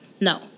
no